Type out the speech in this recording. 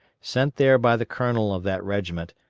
sent there by the colonel of that regiment,